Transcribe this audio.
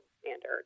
standard